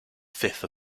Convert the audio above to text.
fifth